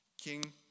King